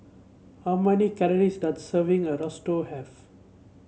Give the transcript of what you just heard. how many calories does a serving of Risotto have